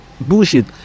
bullshit